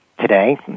today